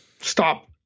stop